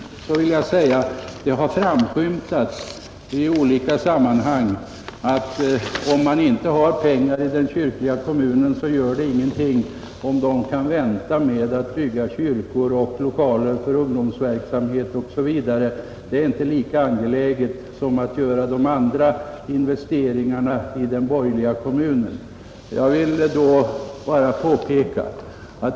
Därefter vill jag säga att det har framskymtat i olika sammanhang att om man inte har pengar i den kyrkliga kommunen så gör det ingenting om den får vänta med att bygga kyrkor och lokaler för ungdomsverksamhet o. d. Det är inte lika angeläget som att göra investeringarna i den borgerliga kommunen.